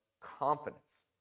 confidence